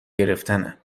گرفتنه